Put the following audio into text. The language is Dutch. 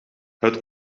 het